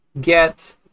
get